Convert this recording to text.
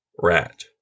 rat